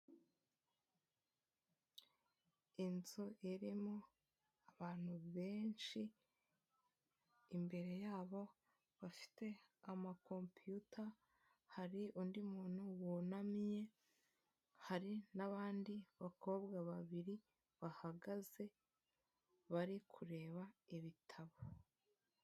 Inzu irimo abantu benshi imbere yabo bafite amakopiyuta hari undi muntu wunamiye hari n'abandi bakobwa babiri bahagaze bari kureba ibitabo.